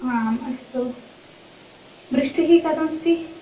आम् अस्तु वृष्टिः कथमस्ति